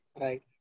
right